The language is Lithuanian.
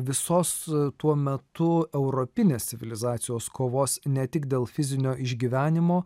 visos tuo metu europinės civilizacijos kovos ne tik dėl fizinio išgyvenimo